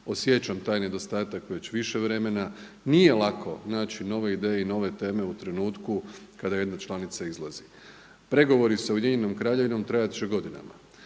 osjećam taj nedostatak već više vremena. Nije lako naći nove ideje i nove teme u trenutku kada jedna članica izlazi. Pregovori sa UK trajat će godinama,